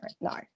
No